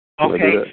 Okay